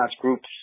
groups